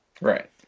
Right